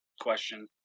question